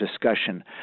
discussion